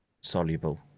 soluble